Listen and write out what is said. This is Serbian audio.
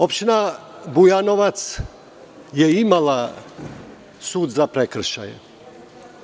Opština Bujanovac je imala sud za prekršaje.